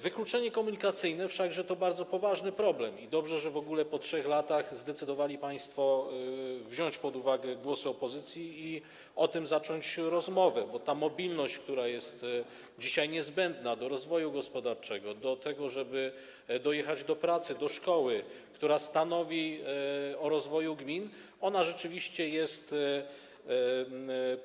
Wykluczenie komunikacyjne wszakże to bardzo poważny problem i dobrze, że w ogóle po 3 latach zdecydowali państwo wziąć pod uwagę głosy opozycji i zacząć o tym rozmowę, bo mobilność, która jest dzisiaj niezbędna do rozwoju gospodarczego, do tego, żeby dojechać do pracy, szkoły, która stanowi o rozwoju gmin, rzeczywiście jest